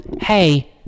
hey